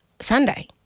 Sunday